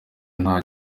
nta